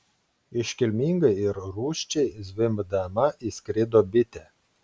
iškilmingai ir rūsčiai zvimbdama įskrido bitė